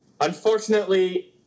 Unfortunately